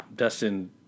Dustin